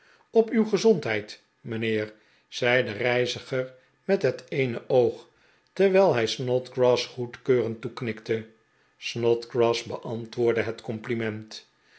op uw gezondheid mijnheer zei de reiziger met het eene oog terwijl hij snodgrass goedkeurend toeknikte snodgrass beantwoordde het compliment